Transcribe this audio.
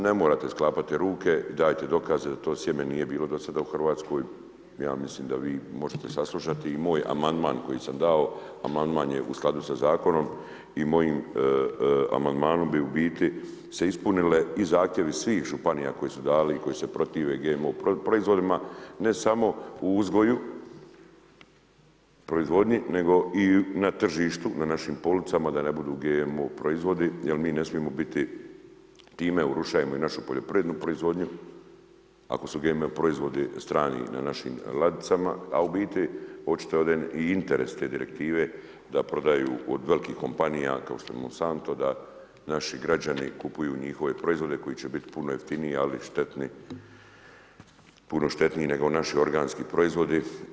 Ne morate sklapati ruke, dajte dokaze da to sjeme nije bilo do sad u Hrvatskoj, ja mislim da vi možete saslušati i moj amandman koji sam dao, amandman je u skladu sa zakonom i mojim amandmanom bi se u biti ispunili i zahtjevi svih županija koje su dali i koje se protive GMO proizvodima, ne samo u uzgoju, proizvodnju nego i na tržištu, na našim policama da ne budu GMO proizvodi jer mi ne smijemo biti, time urušavamo i našu poljoprivrednu proizvodnju, ako su GMO proizvodi strani na našim ladicama a u biti očito je ovdje i interes te direktive da prodaju od velikih kompanija kao što je Monsanto, da naši građani kupuju njihove proizvode koji će biti puno jeftiniji ali štetni, puno štetniji nego naši organski proizvodi.